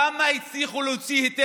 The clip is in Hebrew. כמה היתרי בנייה הצליחו להוציא?